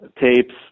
tapes